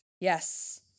Yes